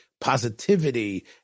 positivity